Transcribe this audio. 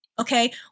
Okay